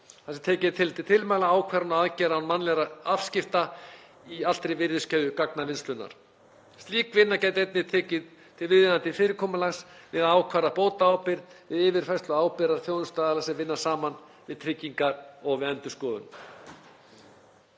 tekið er tillit til tilmæla, ákvarðana og aðgerða án mannlegra afskipta í allri virðiskeðju gagnavinnslunnar. Slík vinna gæti einnig tekið til viðeigandi fyrirkomulags við að ákvarða bótaábyrgð, við yfirfærslu ábyrgðar milli þjónustuaðila sem vinna saman, við tryggingar og við endurskoðun.“